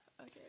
Okay